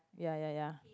ya ya ya